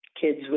kids